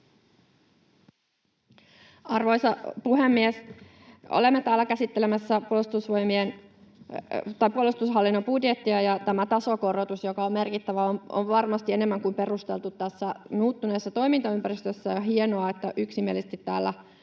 Arvoisa puhemies! Olemme täällä käsittelemässä puolustushallinnon budjettia, ja tämä tasokorotus, joka on merkittävä, on varmasti enemmän kuin perusteltu tässä muuttuneessa toimintaympäristössä, ja on hienoa, että yksimielisesti täällä